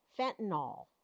fentanyl